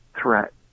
threat